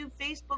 Facebook